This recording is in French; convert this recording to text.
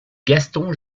gaston